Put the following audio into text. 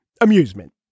amusement